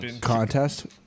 Contest